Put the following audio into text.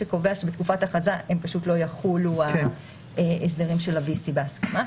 שקובע שבתקופת הכרזה הם פשוט לא יחולו ההסדרים של ה-V.C בהסכמה.